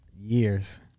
years